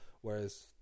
Whereas